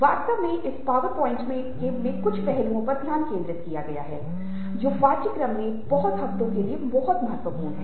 वास्तव में इस पावर पॉइंट में कुछ पहलुओं पर ध्यान केंद्रित किया गया है जो पाठ्यक्रम के पहले कुछ हफ्तों के लिए बहुत महत्वपूर्ण है